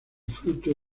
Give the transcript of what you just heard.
fruto